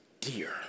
dear